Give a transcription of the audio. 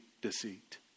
deceit